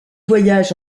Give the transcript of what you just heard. voyage